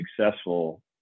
successful